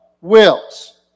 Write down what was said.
wills